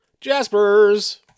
jasper's